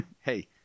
Hey